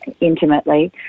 intimately